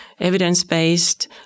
evidence-based